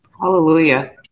Hallelujah